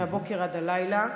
מהבוקר עד הלילה,